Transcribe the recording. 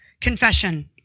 Confession